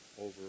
over